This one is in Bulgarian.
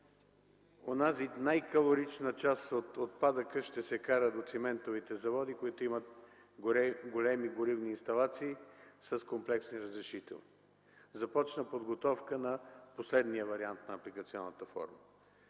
онази най-калорична част от отпадъка ще се кара до циментовите заводи, които имат големи горивни инсталации с комплексни разрешителни. Започна подготовка на последния вариант на Апликационната форма.